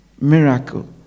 miracle